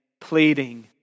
pleading